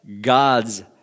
God's